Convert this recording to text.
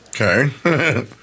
Okay